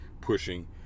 pushing